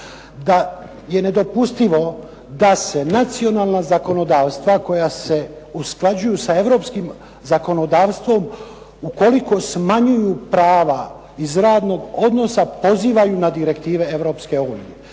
da je nedopustivo da se nacionalna zakonodavstva koja se usklađuju sa europskim zakonodavstvom ukoliko smanjuju prava iz radnog odnosa pozivaju na direktive Europske unije.